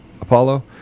Apollo